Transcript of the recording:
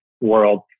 world